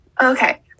okay